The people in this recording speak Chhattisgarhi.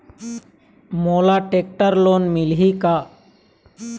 मोला टेक्टर लोन मिलही का?